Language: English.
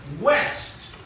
west